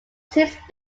since